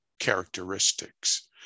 characteristics